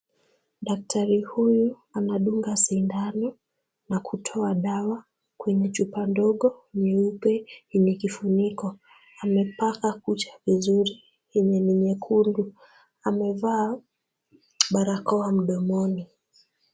Daktari huyu anadunga sindano na kutoa dawa kwenye chupa ndogo nyeupe yenye kifuniko. Amepaka kucha vizuri yenye ni nyekundu. Amevaa barakoa mdomoni.